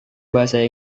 bahasa